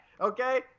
okay